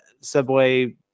subway